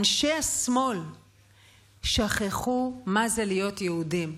אנשי השמאל שכחו מה זה להיות יהודים.